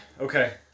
Okay